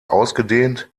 ausgedehnt